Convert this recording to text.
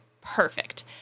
Perfect